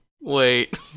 Wait